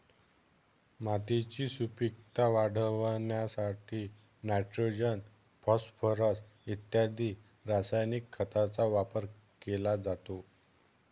मातीची सुपीकता वाढवण्यासाठी नायट्रोजन, फॉस्फोरस इत्यादी रासायनिक खतांचा वापर केला जातो